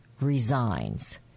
resigns